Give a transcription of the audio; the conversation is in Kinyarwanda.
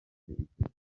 gihe